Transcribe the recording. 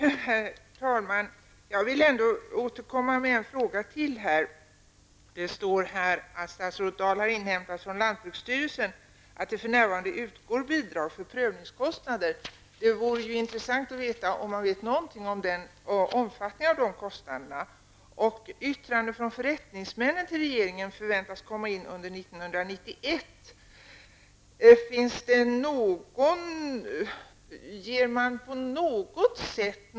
Herr talman! Jag vill ändå återkomma med ytterligare en fråga. Det står här att statsrådet Dahl, från lantbruksstyrelsen, har inhämtat att det för närvarande utgår bidrag för prövningskostnader. Det vore intressant att veta om man vet någonting om omfattningen av de kostnaderna. Det står vidare att yttrandet från förrättningsmännen förväntas komma in till regeringen under 1991.